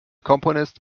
komponist